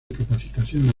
capacitación